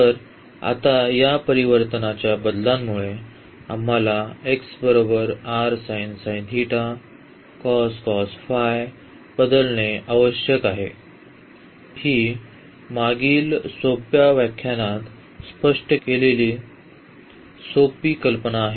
तर आता या परिवर्तनांच्या बदलांमुळे आम्हाला बदलणे आवश्यक आहे ही मागील सोप्या व्याख्यानात स्पष्ट केलेली सोपी कल्पना आहे